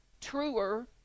truer